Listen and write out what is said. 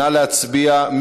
נא להצביע.